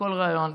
בכל ריאיון,